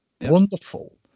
wonderful